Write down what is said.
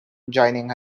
joining